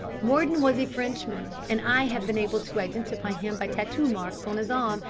mordon was a frenchman and i have been able to identify him by tattoo marks on his arm,